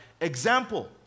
example